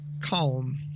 calm